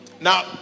Now